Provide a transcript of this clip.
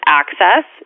access